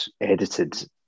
edited